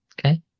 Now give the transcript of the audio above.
Okay